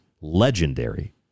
legendary